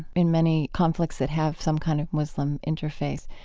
in many conflicts that have some kind of muslim interface.